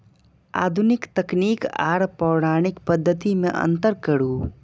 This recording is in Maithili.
आधुनिक तकनीक आर पौराणिक पद्धति में अंतर करू?